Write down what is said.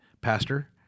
Pastor